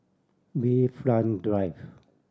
Bayfront Drive